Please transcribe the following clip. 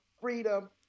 freedom